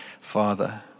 Father